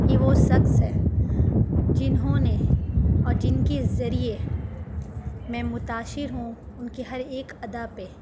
یہ وہ شخص ہے جنہوں نے اور جن کے ذریعے میں متاثر ہوں ان کے ہر ایک ادا پہ